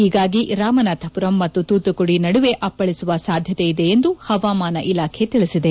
ಹೀಗಾಗಿ ರಾಮನಾಥಪುರಂ ಮತ್ತು ತೂತುಕೂಡಿ ನಡುವೆ ಅಪ್ಪ ಳಿಸುವ ಸಾಧ್ಯತೆ ಇದೆ ಎಂದು ಹವಾಮಾನ ಇಲಾಖೆ ತಿಳಿಸಿದೆ